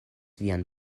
vian